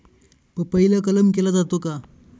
पपईला कलम केला जातो का?